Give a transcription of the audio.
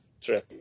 true